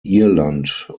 irland